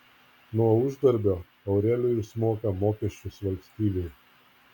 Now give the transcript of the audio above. nuo uždarbio aurelijus moka mokesčius valstybei